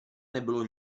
nebylo